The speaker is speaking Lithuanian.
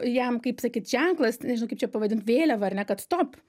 jam kaip sakyt ženklas nežinau kaip čia pavadint vėliava ar ne kad stop